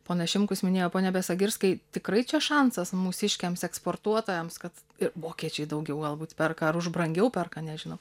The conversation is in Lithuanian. ponas šimkus minėjo pone besagirskai tikrai čia šansas mūsiškiams eksportuotojams kad ir vokiečiai daugiau galbūt perka ar už brangiau perka nežinau